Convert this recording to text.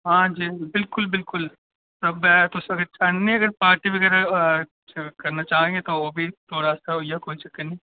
हां जी हां जी बिल्कुल बिल्कुल सब ऐ तुस अगर चाह्न्ने पार्टी बगैरा कुछ करना चाह्गे तां ओह् बी थुआड़े आस्तै होई जाग कोई चक्कर नी